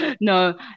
no